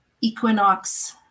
equinox